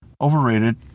Overrated